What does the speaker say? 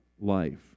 life